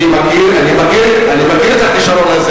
אני יכול לקיים חלוקת קשב.